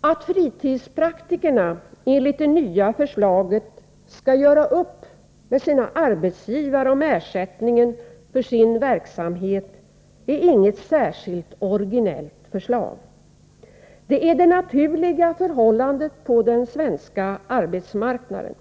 Att fritidspraktikerna enligt det nya förslaget skall göra upp med sin arbetsgivare om ersättningen för sin verksamhet är inget särskilt originellt förslag. Det är det naturliga förhållandet på den svenska arbetsmarknaden.